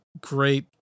great